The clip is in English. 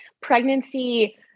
pregnancy